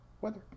Weather